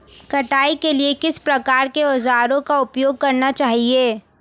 कटाई के लिए किस प्रकार के औज़ारों का उपयोग करना चाहिए?